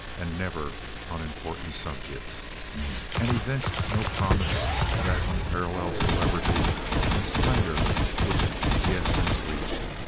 and never on important subjects and evinced no promise of that unparalleled celebrity and splendor which he has since reached,